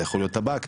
זה יכול להיות טבק,